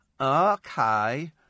Okay